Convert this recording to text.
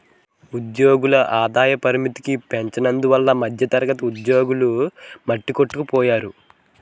ఉద్యోగుల ఆదాయ పరిమితికి పెంచనందువల్ల మధ్యతరగతి ఉద్యోగులు మట్టికొట్టుకుపోయారు